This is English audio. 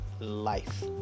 life